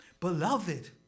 Beloved